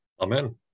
Amen